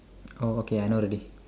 oh okay I know already